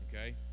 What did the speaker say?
okay